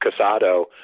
Casado